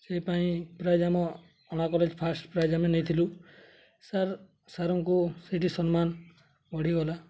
ସେ ପାଇଁ ପ୍ରାଇଜ୍ ଆମ ଅଣା କଲେଜ୍ ଫାଷ୍ଟ୍ ପ୍ରାଇଜ୍ ଆମେ ନେଇଥିଲୁ ସାର୍ ସାର୍ଙ୍କୁ ସେଇଠି ସମ୍ମାନ ବଢ଼ିଗଲା